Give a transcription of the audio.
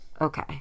Okay